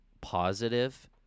positive